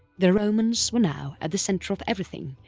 the romans were now at the centre of everything,